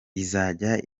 izajya